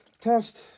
test